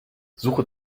suche